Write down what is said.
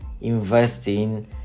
investing